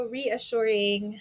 reassuring